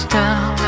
down